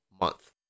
month